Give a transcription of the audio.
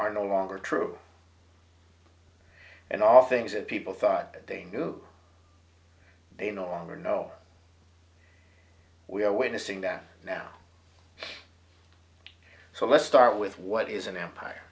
are no longer true and all things that people thought they knew they no longer know we are witnessing that now so let's start with what is an empire